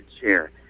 chair